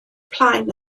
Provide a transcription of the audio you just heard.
plaen